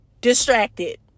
distracted